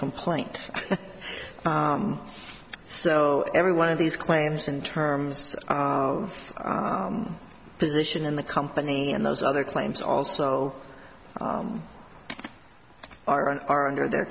complaint so every one of these claims in terms of position in the company and those other claims also aren't are under their